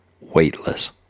Weightless